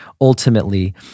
ultimately